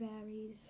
varies